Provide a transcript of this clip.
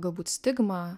galbūt stigma